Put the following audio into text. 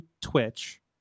Twitch